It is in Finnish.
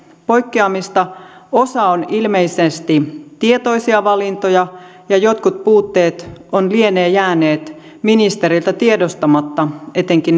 poikkeamista osa on ilmeisesti tietoisia valintoja ja jotkut puutteet lienevät jääneet ministereiltä tiedostamatta etenkin